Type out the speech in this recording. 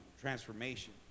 transformation